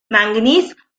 manganese